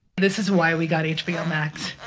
this is why we got hbo max,